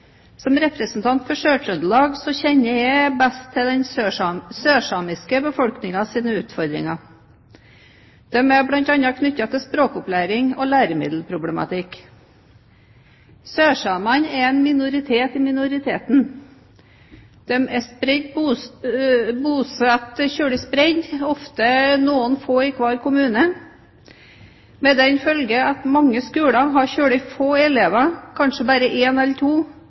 Som representant for Sør-Trøndelag kjenner jeg best til den sørsamiske befolkningens utfordringer. De er bl.a. knyttet til språkopplæring og læremiddelproblematikk. Sørsamene er en minoritet i minoriteten. De er bosatt veldig spredt – ofte noen få i hver kommune – med den følge at mange skoler har veldig få elever, kanskje bare én eller to